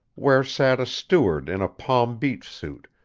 where sat a steward in a palm beach suit,